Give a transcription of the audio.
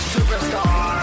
Superstar